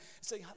say